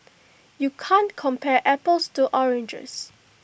you can't compare apples to oranges